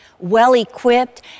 well-equipped